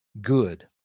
good